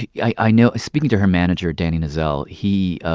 yeah i i know speaking to her manager, danny nozell, he